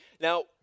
Now